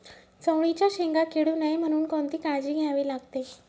चवळीच्या शेंगा किडू नये म्हणून कोणती काळजी घ्यावी लागते?